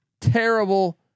terrible